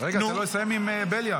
רגע, תן לו לסיים עם בליאק.